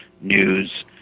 news